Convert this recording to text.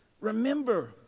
Remember